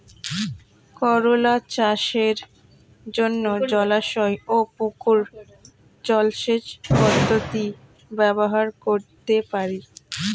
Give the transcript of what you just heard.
করোলা চাষের জন্য জলাশয় ও পুকুর জলসেচ পদ্ধতি ব্যবহার করতে পারি?